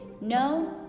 no